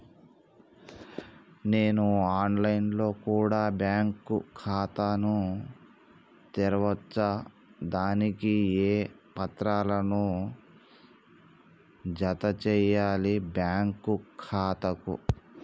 నేను online లో కూడా బ్యాంకు ఖాతా ను తెరవ వచ్చా? దానికి ఏ పత్రాలను జత చేయాలి బ్యాంకు ఖాతాకు?